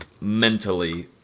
mentally